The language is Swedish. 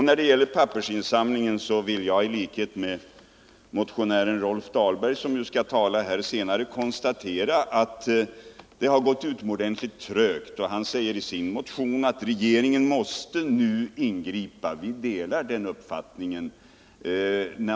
När det gäller pappersinsamlingen vill jag i likhet med motionären Rolf Dahlberg, som strax skall tala, konstatera att det har gått utomordentligt trögt. Han säger i sin motion att regeringen nu måste ingripa, och vi delar den uppfattningen.